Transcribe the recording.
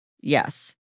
Yes